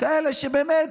כאלה שבאמת,